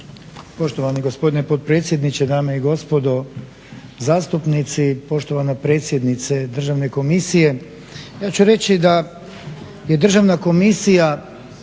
Poštovani gospodine potpredsjedniče, dame i gospodo zastupnici, poštovana predsjednice Državne komisije. Ja ću reći da je Državna komisija